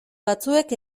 batzuek